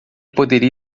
poderia